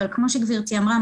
אבל כמו שגברתי אמרה,